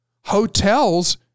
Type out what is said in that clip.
hotels